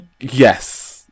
Yes